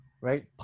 Right